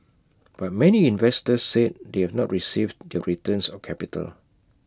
but many investors said they have not received their returns or capital